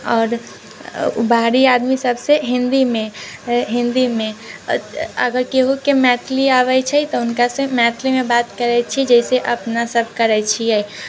आओर बाहरी आदमी सभ से हिन्दीमे हिन्दीमे अगर केहूके मैथिली अबै छै तऽ हुनका से मैथिलीमे बात करै छियै जाहिसे अपना सभ करै छियै